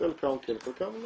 חלקם כן חלקם לא.